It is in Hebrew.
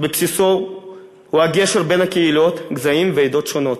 בבסיסו הוא הגשר בין קהילות, גזעים ועדות שונות.